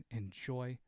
enjoy